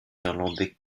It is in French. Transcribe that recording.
irlandais